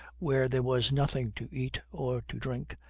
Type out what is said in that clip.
where there was nothing to eat or to drink,